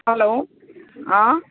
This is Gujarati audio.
હલો હા